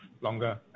longer